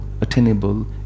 attainable